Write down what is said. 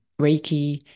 Reiki